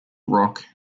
rock